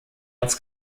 als